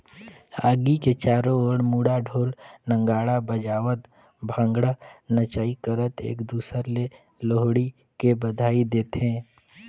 आगी के चारों मुड़ा ढोर नगाड़ा बजावत भांगडा नाचई करत एक दूसर ले लोहड़ी के बधई देथे